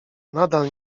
nadal